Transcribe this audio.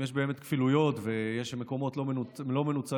אם יש באמת כפילויות ויש מקומות לא מנוצלים,